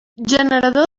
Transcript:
generador